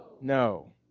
no